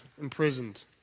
imprisoned